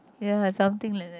ya something like that